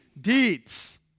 Deeds